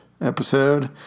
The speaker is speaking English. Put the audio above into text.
episode